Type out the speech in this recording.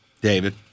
David